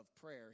prayer